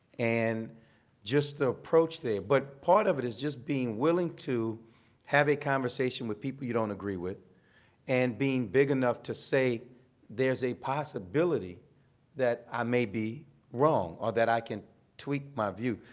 and just the approach there. but part of it is just being willing to have a conversation with people you don't agree with and being big enough to say there's a possibility that i may be wrong or that i can tweak my view.